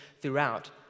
throughout